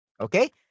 Okay